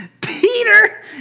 Peter